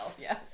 yes